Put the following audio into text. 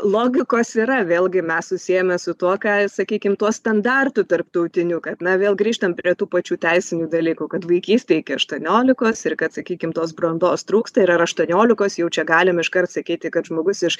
logikos yra vėlgi mes susiejame su tuo ką sakykim tuo standartu tarptautiniu kad na vėl grįžtam prie tų pačių teisinių dalykų kad vaikystė iki aštuoniolikos ir kad sakykim tos brandos trūksta ir ar aštuoniolikos jau čia galim iškart sakyti kad žmogus iš